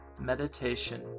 Meditation